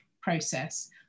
process